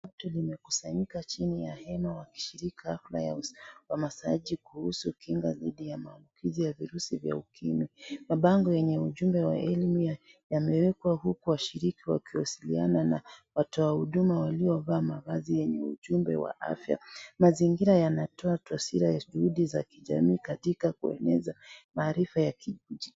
Umati limekusanyika chini ya hema wakishiriki kabla ya masaji kuhusu kinga dhidi ya maambukizi ya virusi vya ukimwi. Mabango yenye ujumbe wa elimu yamewekwa huku washiriki wakiwasiliana na watoahuduma waliovaa mavazi yenye ujumbe wa afya. Mazingira yanatoa taswira ya juhudi za kijamii katika kueneza maarifa ya kijiji.